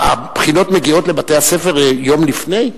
הבחינות מגיעות לבתי-הספר יום לפני?